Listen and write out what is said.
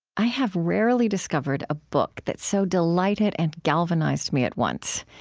i have rarely discovered a book that so delighted and galvanized me at once.